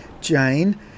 Jane